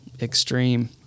extreme